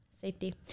Safety